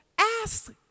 ask